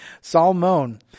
Salmon